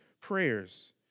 prayers